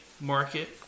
market